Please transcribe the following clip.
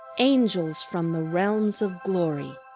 angels from the realms of glory,